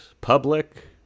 public